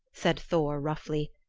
said thor roughly,